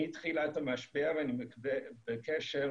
מתחילת המשבר אני בקשר,